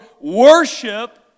worship